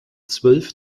zwölf